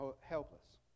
helpless